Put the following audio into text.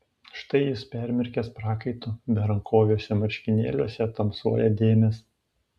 štai jis permirkęs prakaitu berankoviuose marškinėliuose tamsuoja dėmės